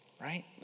right